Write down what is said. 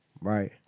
right